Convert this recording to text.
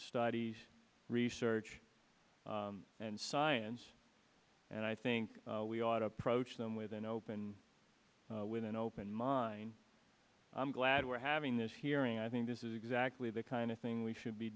studies research and science and i think we ought to approach them with an open with an open mind i'm glad we're having this hearing i think this is exactly the kind of thing we should be